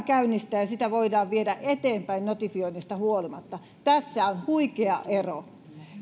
käynnistää ja mallia voidaan viedä eteenpäin notifioinnista huolimatta tässä on huikea ero